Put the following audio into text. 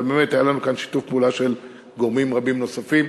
ובאמת היה לנו כאן שיתוף פעולה של גורמים רבים נוספים.